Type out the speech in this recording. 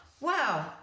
wow